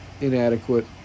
inadequate